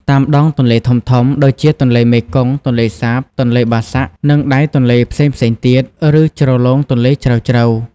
តាមដងទន្លេធំៗ ដូចជាទន្លេមេគង្គ ទន្លេសាប ទន្លេបាសាក់ និងដៃទន្លេផ្សេងៗទៀត ឬជ្រលងទន្លេជ្រៅៗ។